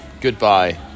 Goodbye